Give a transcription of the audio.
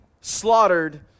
slaughtered